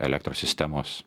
elektros sistemos